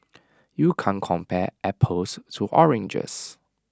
you can't compare apples to oranges